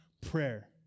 prayer